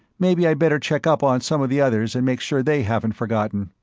maybe i'd better check up on some of the others and make sure they haven't forgotten.